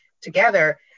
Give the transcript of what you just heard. together